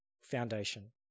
foundation